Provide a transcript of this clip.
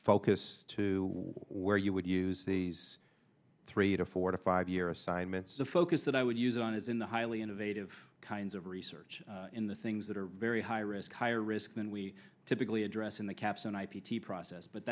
focus to where you would use these three to four to five year assignments the focus that i would use on is in the highly innovative kinds of research in the things that are very high risk higher risk than we typically address in the caps and i p t process but